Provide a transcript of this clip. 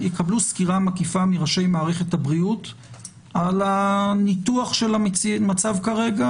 יקבלו סקירה מקיפה מראשי מערכת הבריאות על הניתוח של המצב כרגע,